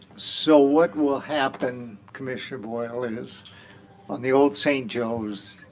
so what will happen, commissioner boyle, is on the old st. joe's,